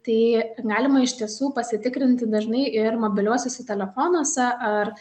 tai galima iš tiesų pasitikrinti dažnai ir mobiliuosiuose telefonuose ar